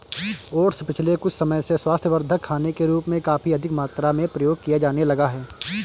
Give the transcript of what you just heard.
oats पिछले कुछ समय से स्वास्थ्यवर्धक खाने के रूप में काफी अधिक मात्रा में प्रयोग किया जाने लगा है